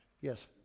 Yes